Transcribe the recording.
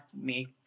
make